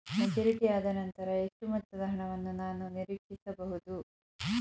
Maturity ಆದನಂತರ ಎಷ್ಟು ಮೊತ್ತದ ಹಣವನ್ನು ನಾನು ನೀರೀಕ್ಷಿಸ ಬಹುದು?